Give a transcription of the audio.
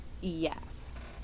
Yes